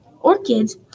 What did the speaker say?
orchids